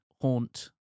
haunt